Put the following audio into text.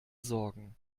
sorgen